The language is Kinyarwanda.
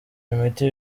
imiti